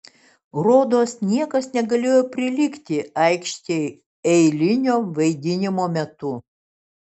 rodos niekas negalėjo prilygti aikštei eilinio vaidinimo metu